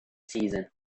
season